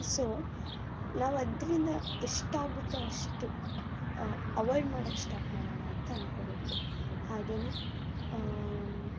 so ನಾವು ಅದರಿಂದ ಎಷ್ಟಾಗುತ್ತೊ ಅಷ್ಟು ಅವಾಯ್ಡ್ ಮಾಡೋಕೆ ಸ್ಟಾರ್ಟ್ ಮಾಡೋಣ ಅಂತ ಅಂದ್ಕೊಳ್ಬೇಕು ಹಾಗೆಯೇ